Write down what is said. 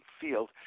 field